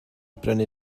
brynu